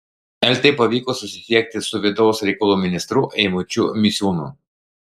eltai pavyko susisiekti su vidaus reikalų ministru eimučiu misiūnu